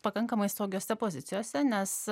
pakankamai saugiose pozicijose nes